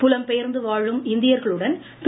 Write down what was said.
புலம் பெயர்ந்து வாழும் இந்தியர்களுடன் திரு